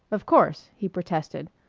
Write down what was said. of course, he protested.